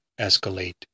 escalate